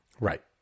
Right